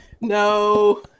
No